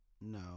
no